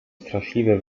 straszliwe